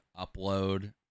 upload